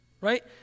right